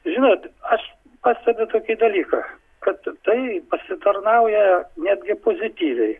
žinot aš pastebiu tokį dalyką kad tai pasitarnauja netgi pozityviai